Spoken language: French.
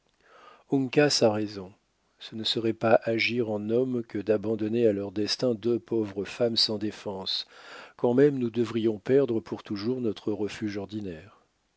uncas a raison ce ne serait pas agir en homme que d'abandonner à leur destin deux pauvres femmes sans défense quand même nous devrions perdre pour toujours notre refuge ordinaire